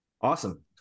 awesome